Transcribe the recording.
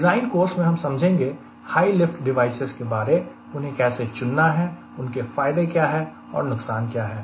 design course में हम समझेंगे हाई लिफ्ट डिवाइसेज के बारे उन्हें कैसे चुनना है उनके फायदे क्या है और नुकसान क्या है